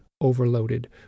overloaded